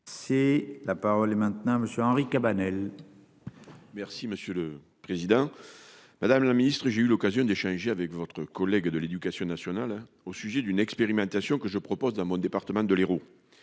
Merci. C'est la parole est maintenant Monsieur Henri Cabanel. Merci, monsieur le Président. Madame la Ministre j'ai eu l'occasion d'échanger avec votre collègue de l'Éducation nationale au sujet d'une expérimentation que je propose dans mon département de l'Hérault.